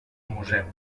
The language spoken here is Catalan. museu